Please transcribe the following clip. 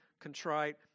contrite